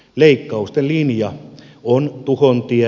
leikkausten linja on tuhon tie